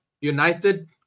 United